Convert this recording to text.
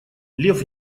лев